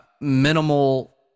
minimal